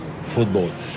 football